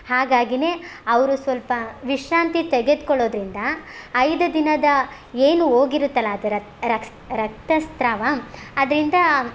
ಹಾಗಾಗಿಯೇ ಅವರು ಸ್ವಲ್ಪ ವಿಶ್ರಾಂತಿ ತೆಗೆದುಕೊಳ್ಳೋದ್ರಿಂದಾ ಐದು ದಿನದ ಏನು ಹೋಗಿರುತ್ತಲ್ಲ ಅದು ರಕ್ಸ್ ರಕ್ತ ಸ್ರಾವ ಅದರಿಂದಾ